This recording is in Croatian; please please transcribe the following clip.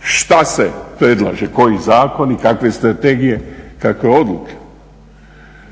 šta se predlaže, koji zakoni, i kakve strategije, kakve odluke.